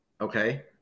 okay